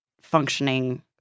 functioning